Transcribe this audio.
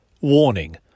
Warning